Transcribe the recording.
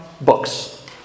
books